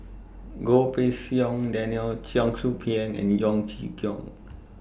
Goh Pei Siong Daniel Cheong Soo Pieng and Yeo Chee Kiong